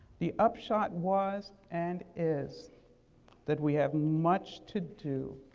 the upshot was and is that we have much to do,